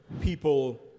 people